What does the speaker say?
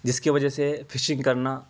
جس کی وجہ سے فشنگ کرنا